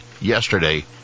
yesterday